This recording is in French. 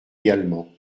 également